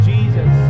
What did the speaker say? Jesus